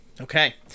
Okay